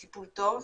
הוא טיפול טוב,